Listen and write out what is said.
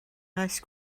ice